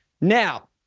Now